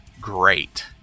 great